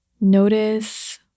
notice